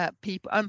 people